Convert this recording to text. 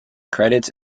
credits